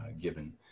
given